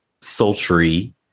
Sultry